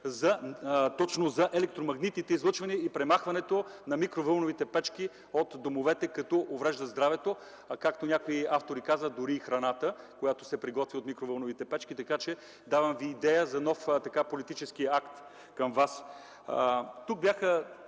точно за електромагнитните излъчвания и премахването на микровълновите печки от домовете, тъй като увреждат здравето, както някои автори казват, дори и храната, която се приготвя в микровълновите печки. Давам Ви идея за нов политически акт към Вас. Тук бяха